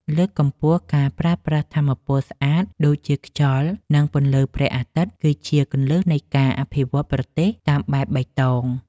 លើកកម្ពស់ការប្រើប្រាស់ថាមពលស្អាតដូចជាខ្យល់ និង ពន្លឺព្រះអាទិត្យគឺជាគន្លឹះនៃការអភិវឌ្ឍប្រទេសតាមបែបបៃតង។